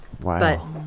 Wow